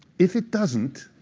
if it doesn't,